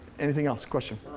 anything else, question?